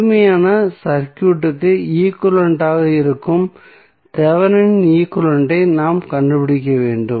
முழுமையான சர்க்யூட்க்கு ஈக்வலன்ட் ஆக இருக்கும் தெவெனின் ஈக்வலன்ட் ஐ நாம் கண்டுபிடிக்க வேண்டும்